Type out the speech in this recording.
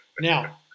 Now